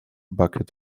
bucket